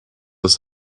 dass